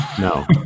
No